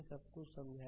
तो सब कुछ समझाया